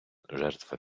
жертва